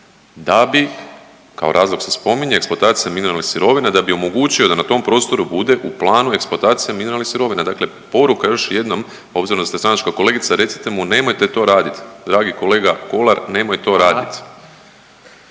da bi kao razlog se spominje eksploatacija mineralnih sirovina da bi, da bi omogućio da na tom prostoru bude eksploatacija mineralnih sirovina. Dakle, poruka još jednom obzirom da ste stranačka kolegica, recite mu nemojte to radit dragi kolega Kolar nemoj to raditi.